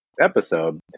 episode